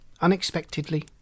Unexpectedly